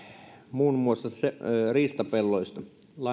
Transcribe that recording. muun muassa riistapelloista